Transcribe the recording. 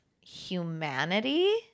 humanity